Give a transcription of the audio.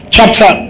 Chapter